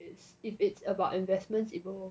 it's if it's about investments even